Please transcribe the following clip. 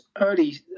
early